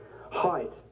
Height